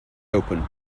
open